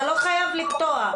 אתה לא חייב לקטוע.